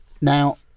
now